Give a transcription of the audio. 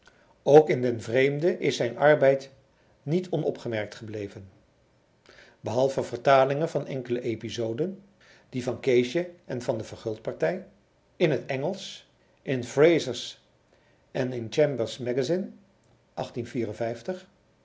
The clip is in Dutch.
ook in den vreemde is zijn arbeid niet onopgemerkt gebleven behalve vertalingen van enkele episoden die van keesje en van de verguldpartij in het bngelsch in fraser's en in chamber's